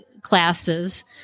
classes